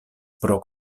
pro